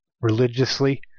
religiously